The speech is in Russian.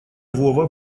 вова